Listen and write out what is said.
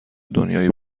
دنیایی